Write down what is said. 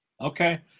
Okay